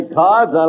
cards